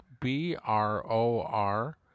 B-R-O-R